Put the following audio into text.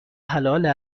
حلال